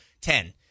ten